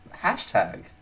hashtag